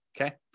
okay